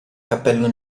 cappello